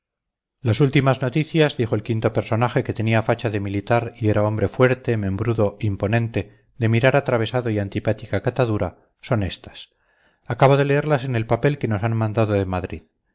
las últimas noticias dijo el quinto personaje que tenía facha de militar y era hombre fuerte membrudo imponente de mirar atravesado y antipática catadura son estas acabo de leerlas en el papel que nos han mandado de madrid